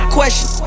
question